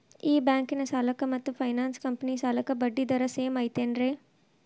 ಈ ಬ್ಯಾಂಕಿನ ಸಾಲಕ್ಕ ಮತ್ತ ಫೈನಾನ್ಸ್ ಕಂಪನಿ ಸಾಲಕ್ಕ ಬಡ್ಡಿ ದರ ಸೇಮ್ ಐತೇನ್ರೇ?